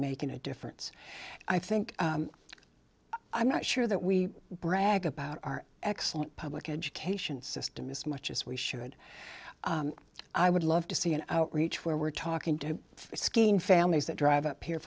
making a difference i think i'm not sure that we brag about our excellent public education system as much as we should i would love to see an outreach where we're talking to skene families that drive up here